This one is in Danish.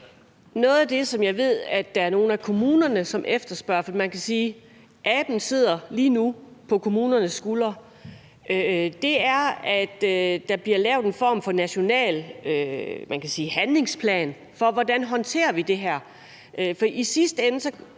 Noget af det, som jeg ved at der er nogle af kommunerne som efterspørger – for man kan sige, at aben sidder lige nu på kommunernes skuldre – er, at der bliver lavet en form for national handlingsplan for, hvordan vi håndterer det her.